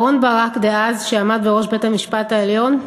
אהרן ברק, שעמד אז בראש בית-המשפט העליון,